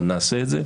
אנחנו נעשה את זה,